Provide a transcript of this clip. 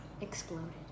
Exploded